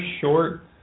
short